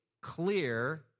clear